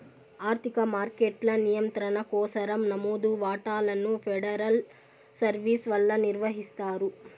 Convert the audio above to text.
ఆర్థిక మార్కెట్ల నియంత్రణ కోసరం నమోదు వాటాలను ఫెడరల్ సర్వీస్ వల్ల నిర్వహిస్తారు